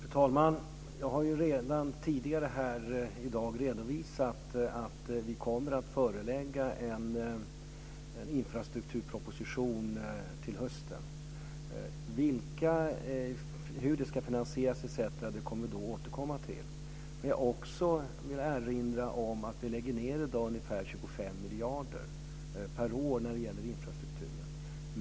Fru talman! Jag har redan tidigare i dag redovisat att vi kommer att lägga fram en infrastrukturproposition till hösten. Hur detta ska finansieras kommer vi då att återkomma till. Jag vill också erinra om att vi i dag lägger ned ungefär 25 miljarder per år när det gäller infrastrukturen.